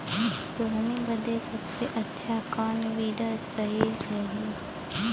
सोहनी बदे सबसे अच्छा कौन वीडर सही रही?